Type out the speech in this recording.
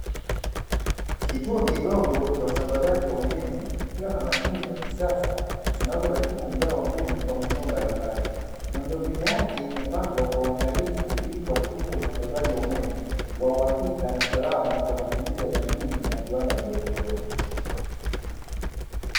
Kituo kidogo cha usambazaji wa umeme kikiwa na mashine za kisasa zinazoratibu mgao wa umeme kwa maeneo mbalimbali. Miundombinu yake imepangwa kwa uangalifu ili kuhakikisha usambazaji wa umeme wa uhakika na salama kwa matumizi ya jamii na viwanda vidogovidogo.